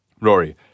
Rory